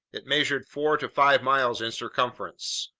it measured four to five miles in circumference.